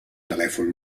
telèfon